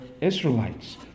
Israelites